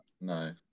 No